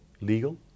legal